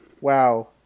Wow